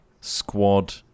squad